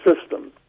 System